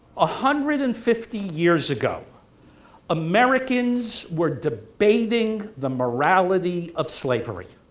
a hundred and fifty years ago americans were debating the morality of slavery.